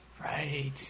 right